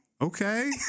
Okay